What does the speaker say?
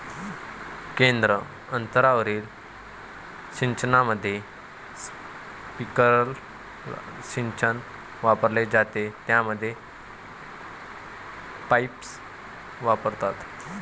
केंद्र अंतरावरील सिंचनामध्ये, स्प्रिंकलर सिंचन वापरले जाते, ज्यामध्ये पाईप्स वापरतात